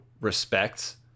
respects